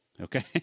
Okay